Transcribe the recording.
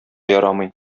ярамый